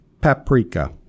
paprika